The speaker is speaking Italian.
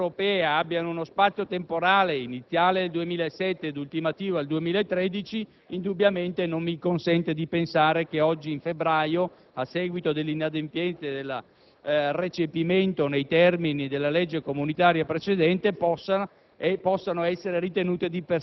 che le determinazioni della Comunità Europea abbiano uno spazio temporale iniziale nel 2007 e ultimativo nel 2013, indubbiamente non mi consente di pensare che oggi, nel mese di febbraio, a seguito dell'inadempienza del recepimento nei termini della legge comunitaria precedente, possano